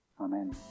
Amen